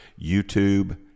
YouTube